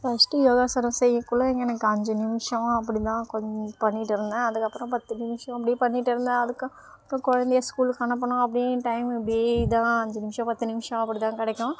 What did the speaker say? first யோகாசனம் செய்யக்குள்ள எனக்கு அஞ்சு நிமிஷம் அப்பிடித் தான் கொஞ்ச பண்ணிட்டுருந்தேன் அதுக்கப்புறம் பத்து நிமிஷம் அப்படியே பண்ணிட்டுருந்தேன் அதுக்கு அப்புறம் குழந்தைய ஸ்கூலுக்கு அனுப்பணும் அப்படியே டைம் இப்படியே இதான் அஞ்சு நிமிஷம் பத்து நிமிஷம் அப்படி தான் கிடைக்கும்